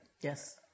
Yes